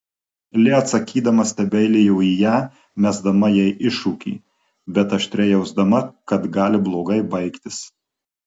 li atsakydama stebeilijo į ją mesdama jai iššūkį bet aštriai jausdama kad gali blogai baigtis